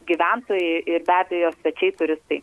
gyventojai ir be abejo svečiai turistai